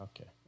Okay